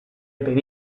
pedí